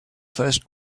first